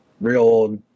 real